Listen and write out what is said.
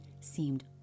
seemed